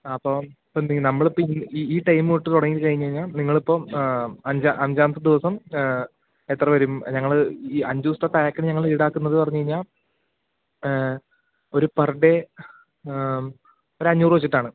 ആ അപ്പോൾ അപ്പോൾ എന്തായാലും നമ്മളിപ്പോൾ ഈ ഈ ഈ ടൈം തൊട്ട് തുടങ്ങി കഴിഞ്ഞു കഴിഞ്ഞാൽ നിങ്ങളിപ്പം അഞ്ചാമത്തെ ദിവസം എത്ര വരും ഞങ്ങൾ ഈ അഞ്ചു ദിവസത്തെ പാക്കിന് ഞങ്ങൾ ഈടാക്കുന്നത് എന്നു പറഞ്ഞ് കഴിഞ്ഞാൽ ഒരു പെർ ഡേ ഒരു അഞ്ഞൂറ് വച്ചിട്ടാണ്